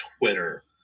Twitter